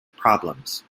problems